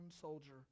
soldier